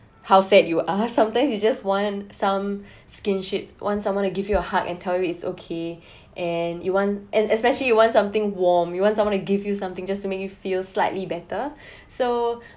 how sad you are sometimes you just want some kinship want someone to give you a hug and tell you is okay and you want and especially you want something warm you want someone to give you something just to make you feel slightly better so